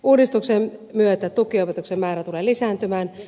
uudistuksen myötä tukiopetuksen määrä tulee lisääntymään